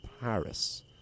Paris